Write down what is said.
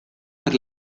per